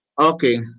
Okay